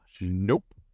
nope